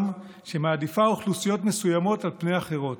שמעדיפה אוכלוסיות מסוימות על פני אחרות.